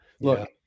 Look